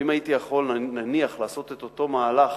אבל, אם הייתי יכול, נניח, לעשות את אותו מהלך,